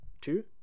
two